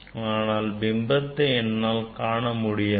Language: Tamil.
ஆனால் பிம்பத்தை என்னால் காண முடியவில்லை